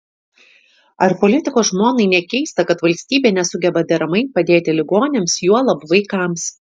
ar politiko žmonai nekeista kad valstybė nesugeba deramai padėti ligoniams juolab vaikams